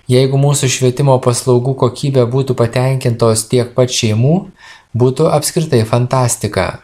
jeigu mūsų švietimo paslaugų kokybe būtų patenkintos tiek pats šeimų būtų apskritai fantastika